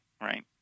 right